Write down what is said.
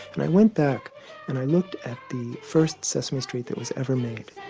and i went back and i looked at the first sesame street that was ever made,